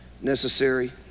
necessary